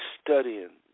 studying